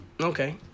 Okay